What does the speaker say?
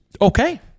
Okay